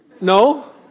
No